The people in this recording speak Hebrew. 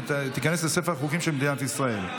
ותיכנס לספר החוקים של מדינת ישראל.